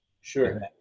Sure